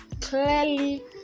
clearly